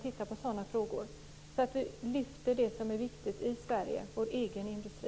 Vi ska lyfta fram det som är viktigt i Sverige - vår egen industri.